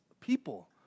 people